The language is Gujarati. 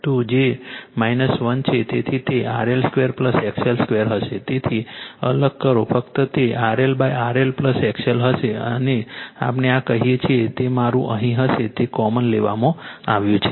તેથી અલગ કરો તો ફક્ત તે RLRL XL હશે આને આપણે આ કહીએ છીએ તે મારું અહીં હશે તે કોમન લેવામાં આવ્યું છે